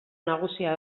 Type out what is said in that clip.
nagusia